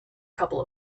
couple